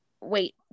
Wait